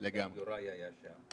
גם יוראי היה שם.